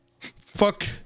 fuck